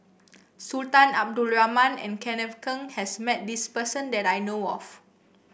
Sultan Abdul Rahman and Kenneth Keng has met this person that I know of